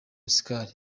oscar